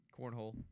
Cornhole